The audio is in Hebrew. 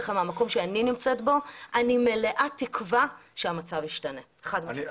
מהמקום שאני נמצאת אני מלאת תקווה שהמצב ישתנה חד-משמעית.